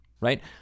Right